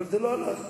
אבל זה לא הלך.